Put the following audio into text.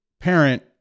parent